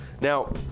Now